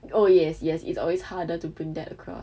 oh yes yes it's always harder to bring that across